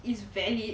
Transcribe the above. it's valid